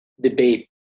debate